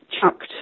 chucked